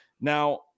now